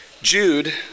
Jude